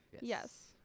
Yes